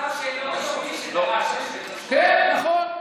משה גפני (יו"ר ועדת הכספים): כן, נכון.